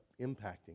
impacting